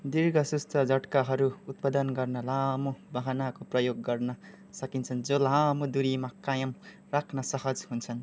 दिर्घ सुस्त झड्काहरू उत्पादन गर्न लामो बहनाको प्रयोग गर्न सकिन्छ जो लामो दुरीमा कायम राख्न सहज हुन्छन्